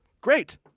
Great